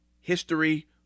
history